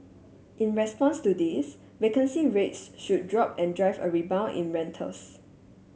in response to this vacancy rates should drop and drive a rebound in rentals